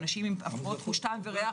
אנשים עם הפרעות חוש טעם וריח